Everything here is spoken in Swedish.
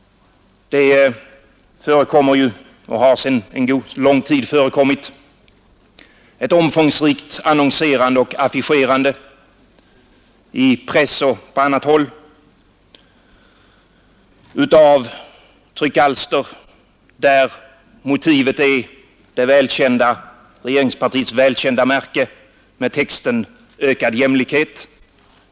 Det förekommer ju, och har sedan lång tid förekommit, ett omfångsrikt annonserande i pressen och i andra tryckalster liksom ett affischerande, där motivet är regeringspartiets välkända märke med texten ”Ökad jämlikhet”.